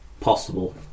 possible